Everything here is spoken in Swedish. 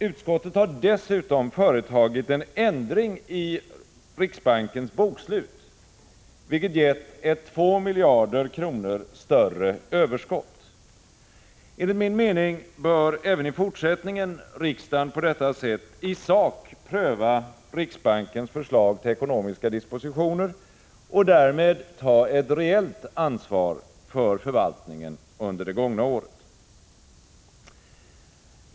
Utskottet har dessutom företagit en ändring i riksbankens bokslut, vilket gett ett 2 miljarder kronor större överskott. Enligt min mening bör även i fortsättningen riksdagen på detta sätt i sak pröva riksbankens förslag till ekonomiska dispositioner och därmed ta ett reellt ansvar för förvaltningen under det gångna året.